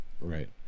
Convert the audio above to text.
right